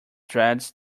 dreads